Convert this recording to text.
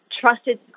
trusted